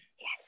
Yes